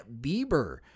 Bieber